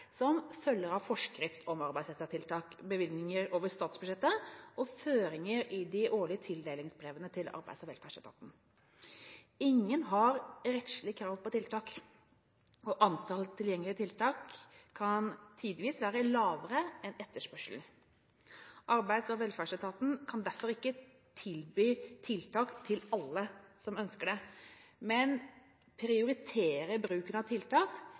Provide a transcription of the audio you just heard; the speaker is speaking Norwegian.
som følger av forskrift om arbeidsrettede tiltak, bevilgninger over statsbudsjettet og føringer i de årlige tildelingsbrevene til Arbeids- og velferdsetaten. Ingen har rettslig krav på tiltak, og antall tilgjengelige tiltak kan tidvis være lavere enn etterspørselen. Arbeids- og velferdsetaten kan derfor ikke tilby tiltak til alle som ønsker det, men må prioritere bruken av tiltak